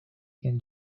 and